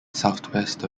southwest